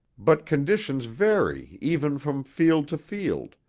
but conditions vary even from field to field,